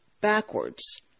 backwards